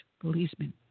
policeman